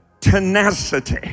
tenacity